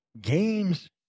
games